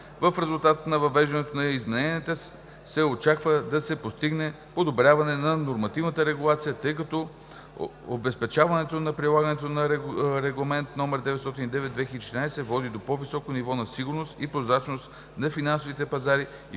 В резултат на въвеждането на измененията се очаква да се постигне подобряване на нормативната регулация, тъй като обезпечаването на прилагането на Регламент № 909/2014 води до по-високо ниво на сигурност и прозрачност на финансовите пазари и по-високо